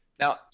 Now